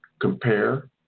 Compare